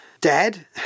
dad